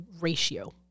ratio